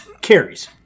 Carries